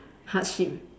hardship